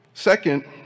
Second